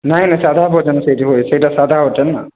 ନାଇଁ ନାଇଁ ସାଧା ଭୋଜନ ସେଇଠି ହୁଏ ସେଇଟା ସାଧା ହୋଟେଲ ନା